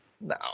No